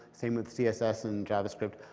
same with css and javascript.